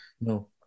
No